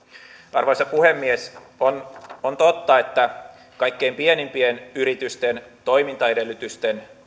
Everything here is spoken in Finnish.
arvoisa puhemies on on totta että kaikkein pienimpien yritysten toimintaedellytysten